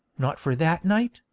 not for that night,